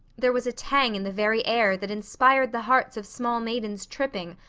there was a tang in the very air that inspired the hearts of small maidens tripping,